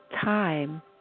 time